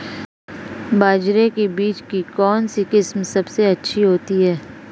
बाजरे के बीज की कौनसी किस्म सबसे अच्छी होती है?